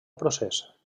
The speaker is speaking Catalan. procés